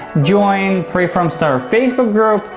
join free from stutter facebook group,